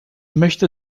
möchte